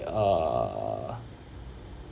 err